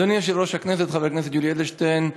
אדוני יושב-ראש הכנסת חבר הכנסת יולי אדלשטיין,